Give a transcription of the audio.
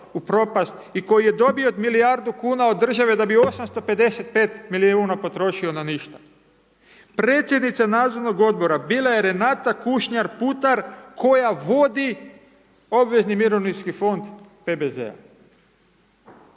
u propast i koji je dobio milijardu kuna od države da bi 855 milijuna potrošio na ništa. Predsjednica nadzornog odbora bila je Renata Kušnjar Putar koja vodi obvezni mirovinski fond PBZ-a.